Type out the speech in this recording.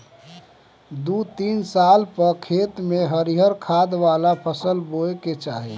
दू तीन साल पअ खेत में हरिहर खाद वाला फसल बोए के चाही